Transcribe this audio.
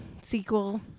sequel